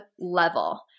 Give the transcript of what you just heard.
level